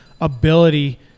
ability